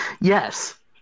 Yes